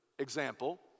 Example